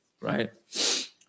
Right